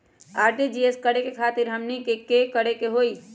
RTGS करे खातीर हमनी के का करे के हो ई?